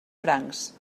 francs